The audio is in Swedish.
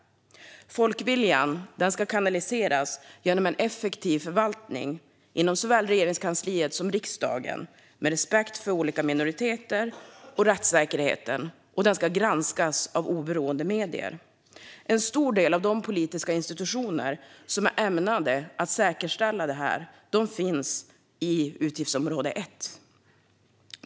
Folkviljan ska kanaliseras genom en effektiv förvaltning inom såväl Regeringskansliet som riksdagen, med respekt för olika minoriteter och rättssäkerheten. Och det ska granskas av oberoende medier. En stor del av de politiska institutioner som är ämnade att säkerställa detta finns i utgiftsområde 1.